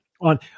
on